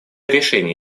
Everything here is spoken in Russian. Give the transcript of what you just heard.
решения